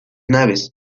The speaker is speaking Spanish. naves